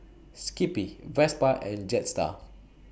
Skippy Vespa and Jetstar